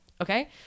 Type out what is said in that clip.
okay